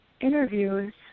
interviews